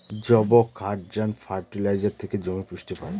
যবক্ষারজান ফার্টিলাইজার থেকে জমি পুষ্টি পায়